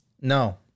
No